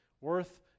worth